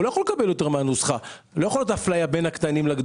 הוא לא יכול לקבל יותר מן הנוסחה.